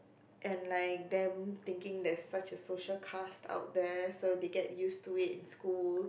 and like them thinking they're such a social outcast out there so they get used to it in school